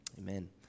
Amen